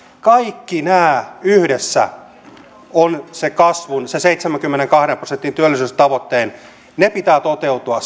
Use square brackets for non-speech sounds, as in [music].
kaikki nämä yhdessä ovat siihen kasvuun siihen seitsemänkymmenenkahden prosentin työllisyystavoitteeseen niiden pitää toteutua [unintelligible]